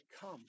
come